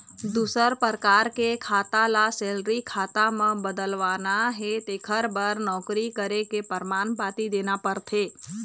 दूसर परकार के खाता ल सेलरी खाता म बदलवाना हे तेखर बर नउकरी करे के परमान पाती देना परथे